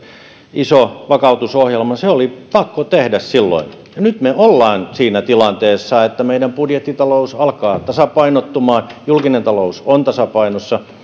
ison vakautusohjelman oli sellainen että ne oli pakko tehdä silloin nyt me olemme siinä tilanteessa että meidän budjettitaloutemme alkaa tasapainottumaan julkinen talous on tasapainossa